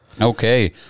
Okay